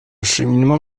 cheminement